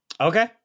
Okay